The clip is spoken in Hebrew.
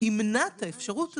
ימנע את האפשרות הזו.